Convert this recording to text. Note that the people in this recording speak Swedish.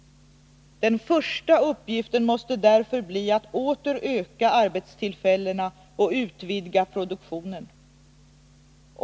Den första uppgiften måste därför bli att åter öka arbetstillfällena och utvidga produktionen.